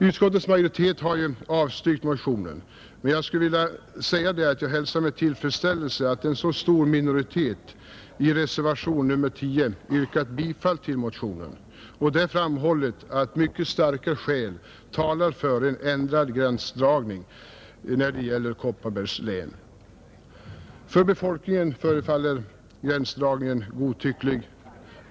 Utskottets majoritet har avstyrkt motionen, men jag hälsar med tillfredsställelse att en så stor minoritet i reservationen 10 tillstyrkt den och framhållit att mycket starka skäl talar för en ändrad gränsdragning när det gäller Kopparbergs län, För befolkningen verkar gränsdragningen godtycklig.